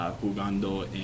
jugando